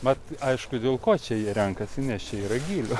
mat aišku dėl ko čia jie renkasi nes čia yra gilių